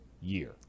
year